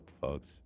folks